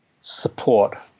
support